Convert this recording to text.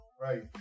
Right